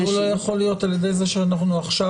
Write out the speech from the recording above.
אבל זה לא יכול להיות על ידי זה שאנחנו עכשיו